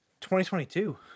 2022